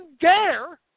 dare